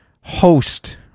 host